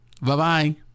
Bye-bye